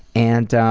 and